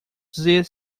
dizer